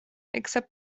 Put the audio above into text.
except